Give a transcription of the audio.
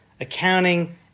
accounting